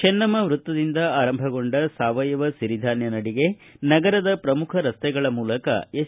ಚೆನ್ನಮ್ನ ವೃತ್ತದಿಂದ ಆರಂಭಗೊಂಡ ಸಾವಯವ ಸಿರಿಧಾನ್ಸ ನಡಿಗೆ ನಗರದ ಪ್ರಮುಖ ರಸ್ತೆಗಳ ಮೂಲಕ ಎಸ್